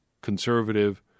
conservative